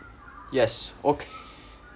yes okay